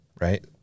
Right